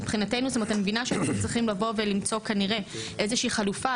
אני מבינה שאנחנו צריכים לבוא ולמצוא כנראה איזושהי חלופה,